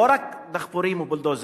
לא רק דחפורים ובולדוזרים.